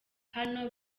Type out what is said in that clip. hano